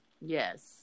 yes